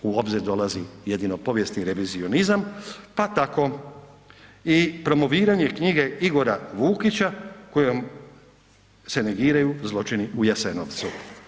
U obzir dolazi jedino povijesni revizionizam pa tako i promoviranje knjige Igora Vukića kojom se negiraju zločini u Jasenovcu.